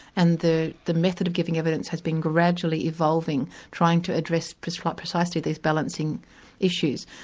and the the method of giving evidence has been gradually evolving, trying to address precisely precisely these balancing issues.